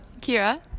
Kira